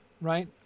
right